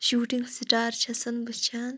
shooting star چھےٚ سَن وٕچھان